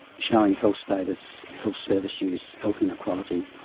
showing health status, health service use, health inequality.